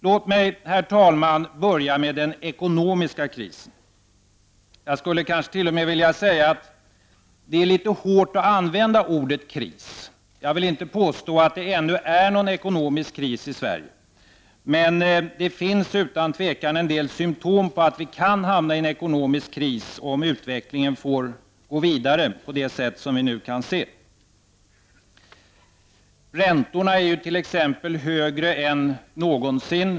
Låt mig, herr talman, börja med den ekonomiska krisen. Jag skulle t.o.m. vilja säga att det är litet hårt att använda ordet kris. Jag vill inte påstå att det ännu är någon ekonomisk kris i Sverige. Men det finns utan tvivel en del symptom på att vi kan hamna i en ekonomisk kris, om utvecklingen får gå vidare på det sätt som vi nu kan se. Räntorna är t.ex. högre än någonsin.